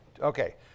Okay